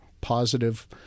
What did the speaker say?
positive